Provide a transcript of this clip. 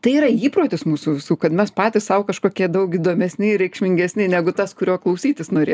tai yra įprotis mūsų visų kad mes patys sau kažkokie daug įdomesni ir reikšmingesni negu tas kurio klausytis norė